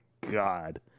God